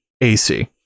AC